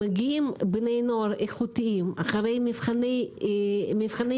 מגיעים בני נוער איכותיים אחרי מבחני מיון,